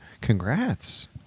congrats